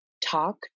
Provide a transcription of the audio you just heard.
talk